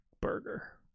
burger